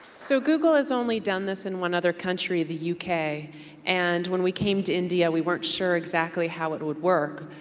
so google has only done this in one other country, the yeah uk. and when we came to india we weren't sure exactly how it would work.